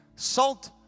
Salt